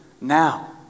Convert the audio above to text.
now